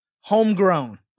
homegrown